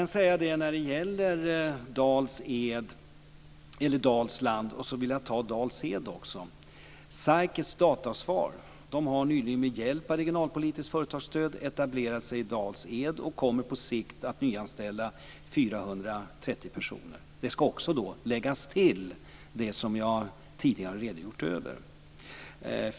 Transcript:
När det gäller Dalsland vill jag också nämna Dals Ed. Sykes Datasvar har nyligen etablerat sig i Dals Ed med hjälp av regionalpolitiskt företagsstöd. På sikt kommer de att nyanställa 430 personer. Det skall också läggas till det som jag tidigare har redogjort för.